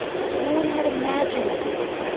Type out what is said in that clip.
no one had imagined this.